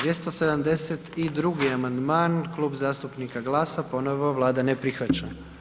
272. amandman Klub zastupnika GLAS-a, ponovo Vlada ne prihvaća.